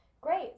Great